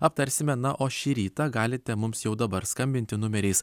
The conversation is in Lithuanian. aptarsime na o šį rytą galite mums jau dabar skambinti numeriais